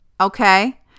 Okay